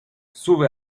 sube